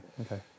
Okay